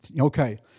Okay